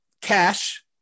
Cash